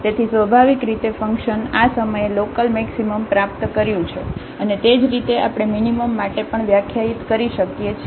તેથી સ્વાભાવિક રીતે ફંકશન આ સમયે લોકલમેક્સિમમ પ્રાપ્ત કર્યું છે અને તે જ રીતે આપણે મીનીમમ માટે પણ વ્યાખ્યાયિત કરી શકીએ છીએ